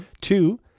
Two